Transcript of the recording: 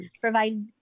provide